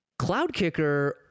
Cloudkicker